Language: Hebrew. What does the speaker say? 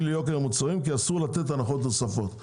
ליוקר המוצרים כי אסור לתת הנחות נוספות.